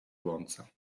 łące